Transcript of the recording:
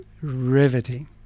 riveting